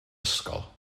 ysgol